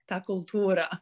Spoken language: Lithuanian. tą kultūrą